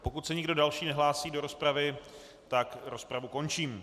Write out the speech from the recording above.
Pokud se nikdo další nehlásí do rozpravy, rozpravu končím.